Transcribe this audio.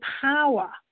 power